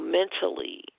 mentally